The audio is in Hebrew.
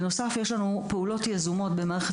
בנוסף יש לנו פעולות יזומות במערכת